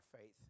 faith